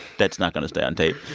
that's not going to stay on tape